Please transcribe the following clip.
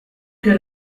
que